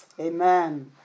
Amen